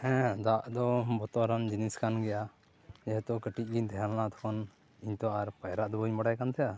ᱦᱮᱸ ᱫᱟᱜ ᱫᱚ ᱵᱚᱛᱚᱨᱟᱱ ᱡᱤᱱᱤᱥ ᱠᱟᱱ ᱜᱮᱭᱟ ᱡᱮᱦᱮᱛᱩ ᱠᱟᱹᱴᱤᱡ ᱜᱮᱧ ᱛᱟᱦᱮᱸ ᱠᱟᱱᱟ ᱛᱚᱠᱷᱚᱱ ᱤᱧ ᱫᱚ ᱟᱨ ᱯᱟᱭᱨᱟᱜ ᱫᱚ ᱵᱟᱹᱧ ᱵᱟᱲᱟᱭ ᱠᱟᱱ ᱛᱟᱦᱮᱸᱜᱼᱟ